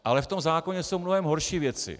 Ale v tom zákoně jsou mnohem horší věci.